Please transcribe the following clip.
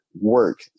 work